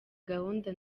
gahunda